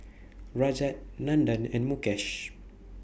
Rajat Nandan and Mukesh